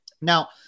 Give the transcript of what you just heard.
Now